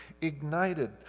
ignited